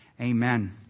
amen